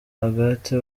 agathe